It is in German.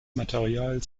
material